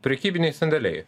prekybiniais sandėliai